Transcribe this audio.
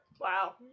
Wow